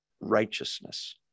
righteousness